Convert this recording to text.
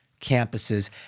campuses